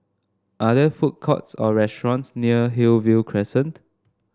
are there food courts or restaurants near Hillview Crescent